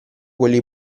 quelli